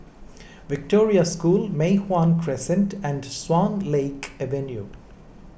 Victoria School Mei Hwan Crescent and Swan Lake Avenue